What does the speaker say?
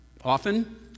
Often